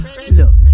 Look